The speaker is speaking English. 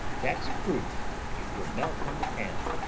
that's proof it will melt in the pan.